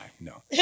no